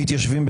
מתיישבים.